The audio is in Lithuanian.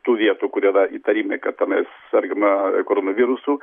tų vietų kurie dar įtariami kad tenais sergama koronavirusu